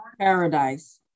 Paradise